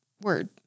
word